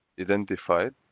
identified